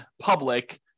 public